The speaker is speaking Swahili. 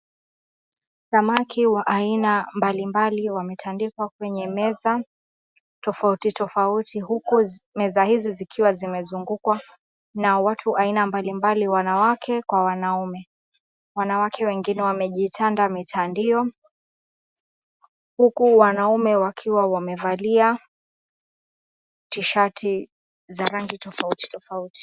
Samaki wa aina mbalimbali wametandikwa kwenye meza tofauti tofauti. Huku meza hizi zikiwa zimezungukwa na watu aina mbalimbali, wanawake kwa wanaume. Wanawake wengine wamejitanda mitandio, huku wanaume wakiwa wamevalia tisheti za rangi tofauti tofauti.